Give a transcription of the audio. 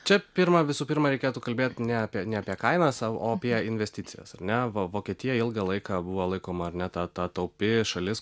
čia pirmą visų pirma reikėtų kalbėt ne apie ne apie kainas o apie investicijas ar ne vokietija ilgą laiką buvo laikoma ar ne ta ta taupi šalis